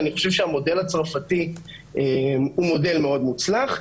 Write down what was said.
אני חושב שהמודל הצרפתי הוא מאוד מוצלח,